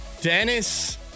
Dennis